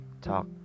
talk